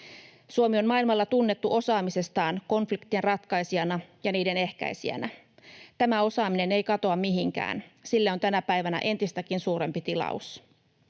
Suomi on maailmalla tunnettu osaamisestaan konfliktien ratkaisijana ja niiden ehkäisijänä. Tämä osaaminen ei katoa mihinkään. Sille on tänä päivänä entistäkin suurempi tilaus.